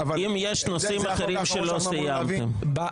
אם יש נושאים אחרים שלא סיימתם --- זה